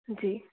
जी